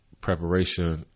preparation